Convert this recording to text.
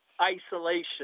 isolation